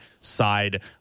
side